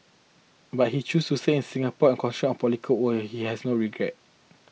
but he chose to stay in Singapore and concentrate on political work here he has no regrets